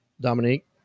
dominique